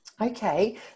Okay